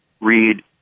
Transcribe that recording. read